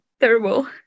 terrible